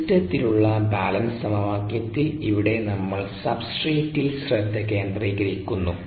സിസ്റ്റത്തിലുള്ള balance സമവാക്യത്തിൽ ഇവിടെ നമ്മൾ സബ്സ്ട്രേറ്റിൽ ശ്രദ്ധ കേന്ദ്രീകരികരിക്കുന്നു